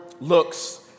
looks